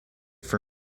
for